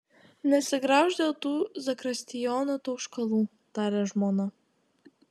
nesigraužk dėl tų zakristijono tauškalų tarė žmona